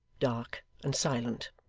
dark, and silent.